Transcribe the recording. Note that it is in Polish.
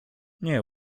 nie